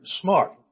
smart